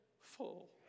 full